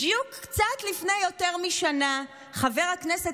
בדיוק לפני קצת יותר משנה חבר הכנסת